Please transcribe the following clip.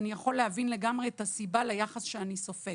אני יכול להבין לגמרי את הסיבה ליחס שאני סופג